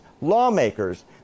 lawmakers